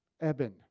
Eben